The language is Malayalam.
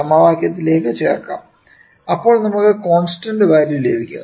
സമവാക്യത്തിലേക്കു ചേർക്കാം അപ്പോൾ നമുക്ക് കോൺസ്റ്റന്റ് വാല്യൂ ലഭിക്കും